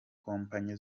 kompanyi